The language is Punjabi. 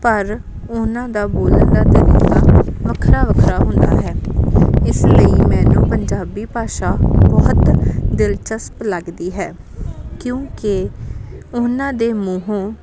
ਪਰ ਉਹਨਾਂ ਦਾ ਬੋਲਣ ਦਾ ਤਰੀਕਾ ਵੱਖਰਾ ਵੱਖਰਾ ਹੁੰਦਾ ਹੈ ਇਸ ਲਈ ਮੈਨੂੰ ਪੰਜਾਬੀ ਭਾਸ਼ਾ ਬਹੁਤ ਦਿਲਚਸਪ ਲੱਗਦੀ ਹੈ ਕਿਉਂਕਿ ਉਹਨਾਂ ਦੇ ਮੂੰਹੋਂ